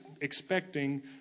expecting